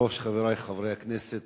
אדוני היושב-ראש, חברי חברי הכנסת,